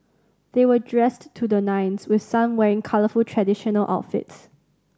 they were dressed to the nines with some wearing colourful traditional outfits